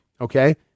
okay